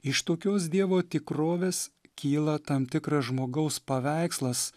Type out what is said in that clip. iš tokios dievo tikrovės kyla tam tikras žmogaus paveikslas